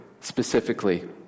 specifically